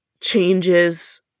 changes